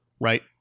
right